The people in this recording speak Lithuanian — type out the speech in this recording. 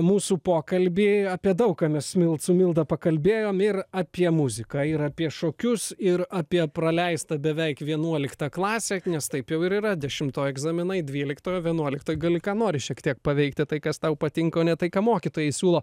mūsų pokalbį apie daug ką su mil su milda pakalbėjom ir apie muziką ir apie šokius ir apie praleistą beveik vienuoliktą klasę nes taip jau ir yra dešimtoj egzaminai dvyliktoje vienuoliktoj gali ką nori šiek tiek paveikti tai kas tau patinka o ne tai ką mokytojai siūlo